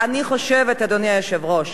אני חושבת, אדוני היושב-ראש,